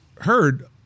heard